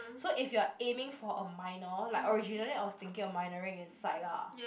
so if you're aiming for a minor like originally I was thinking of minoring in psych ah